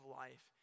life